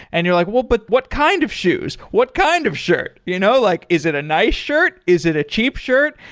and you're like, well, but what kind of shoes? what kind of shirt? you know like is it a nice shirt? is it a cheap shirt?